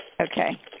Okay